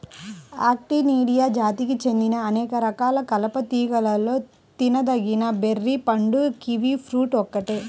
Actinidia జాతికి చెందిన అనేక రకాల కలప తీగలలో తినదగిన బెర్రీ పండు కివి ఫ్రూట్ ఒక్కటే